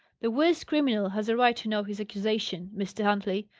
the worst criminal has a right to know his accusation, mr. huntley.